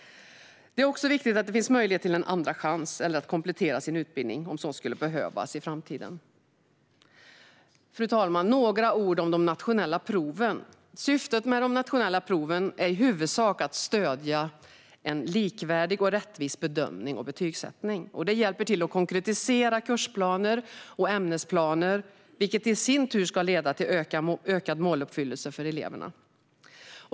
Det är också viktigt att det finns möjlighet till en andra chans eller till att komplettera sin utbildning om så skulle behövas i framtiden. Fru talman! Jag ska säga några ord om de nationella proven. Syftet med de nationella proven är i huvudsak att stödja en likvärdig och rättvis bedömning och betygssättning. Det hjälper till att konkretisera kursplaner och ämnesplaner, vilket i sin tur ska leda till ökad måluppfyllelse för eleverna.